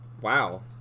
wow